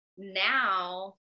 now